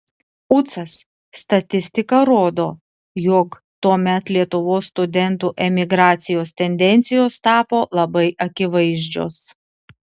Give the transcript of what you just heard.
ucas statistika rodo jog tuomet lietuvos studentų emigracijos tendencijos tapo labai akivaizdžios